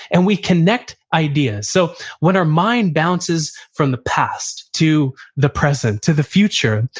and we connect ideas. so when our mind bounces from the past to the present, to the future,